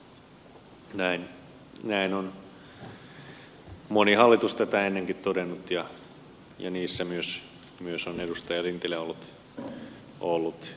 näin on moni hallitus tätä ennenkin todennut ja niissä on myös edustaja lintilä ollut kansanedustajana mukana